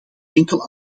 enkel